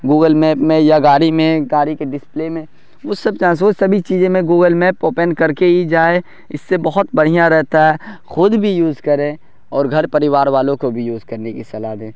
Google map میں یا گاڑی میں گاڑی کے ڈسپلے میں اس سب جگہ سے وہ سبھی چیزیں میں گوگل میپ اوپین کر کے ہی جائے اس سے بہت بڑھیا رہتا ہے خود بھی یوز کریں اور گھر پریوار والوں کو بھی یوز کرنے کی صلاح دیں